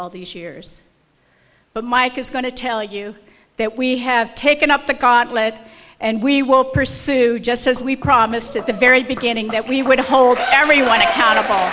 all these years but mike is going to tell you that we have taken up the lead and we will pursue just as we promised at the very beginning that we would hold everyone accountable